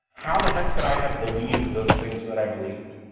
how the heck could i have believed to those things that i believed.